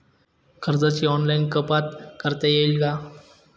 कर्जाची ऑनलाईन कपात करता येईल का?